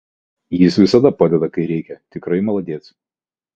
jis visada padeda kai reikia tikrai maladėc